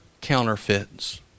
counterfeits